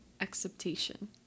acceptation